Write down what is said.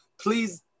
Please